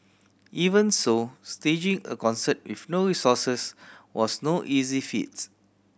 even so staging a concert with no resources was no easy feats